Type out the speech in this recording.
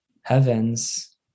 heavens